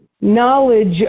knowledge